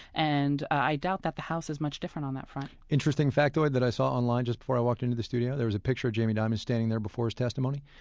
and i doubt that the house is much different on that front interesting factoid that i saw online just before i walked into the studio there was a picture of jamie dimon standing there before his testimony,